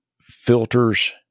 filters